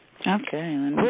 Okay